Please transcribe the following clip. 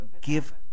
give